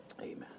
Amen